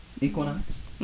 Equinox